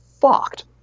fucked